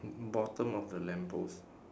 bottom of the lamppost